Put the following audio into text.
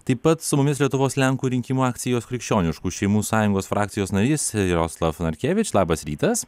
taip pat su mumis lietuvos lenkų rinkimų akcijos krikščioniškų šeimų sąjungos frakcijos narys jaroslav narkevič labas rytas